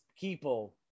people